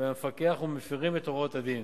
מהמפקח ומפירים את הוראות הדין.